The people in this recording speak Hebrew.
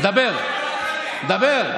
דבר, דבר.